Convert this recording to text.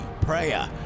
Prayer